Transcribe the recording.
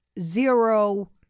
zero